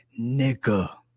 nigga